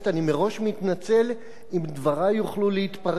אני מראש מתנצל אם דברי יוכלו להתפרש